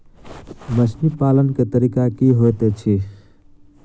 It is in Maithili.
मछली पालन केँ तरीका की होइत अछि?